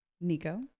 Nico